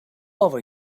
over